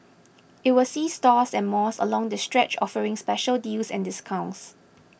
it will see stores and malls along the stretch offering special deals and discounts